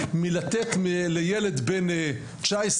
מלתת לילד בן 19,